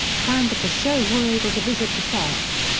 fans of the show were able to visit the sets,